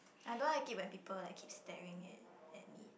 I don't like it when people like keep staring at at me